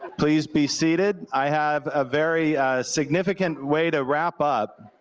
please be seated, i have a very significant way to wrap up.